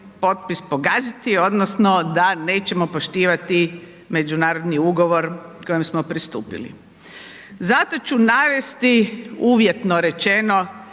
potpis pogaziti odnosno da nećemo poštivati međunarodni ugovor kojim smo pristupili. Zato ću navesti uvjetno rečeno